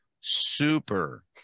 Super